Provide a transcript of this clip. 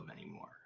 anymore